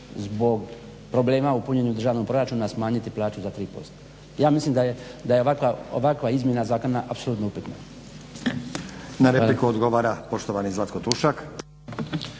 zbog problema u punjenju državnog proračuna smanjiti plaću 3%. Ja mislim da je ovakva izmjena zakona apsolutno upitna.